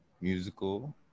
musical